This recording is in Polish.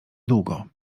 długo